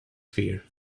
fear